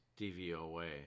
DVOA